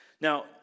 Now